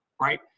right